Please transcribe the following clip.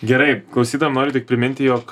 gerai klausytojam noriu tik priminti jog